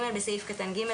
בסעיף קטן (ג),